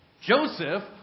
Joseph